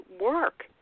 work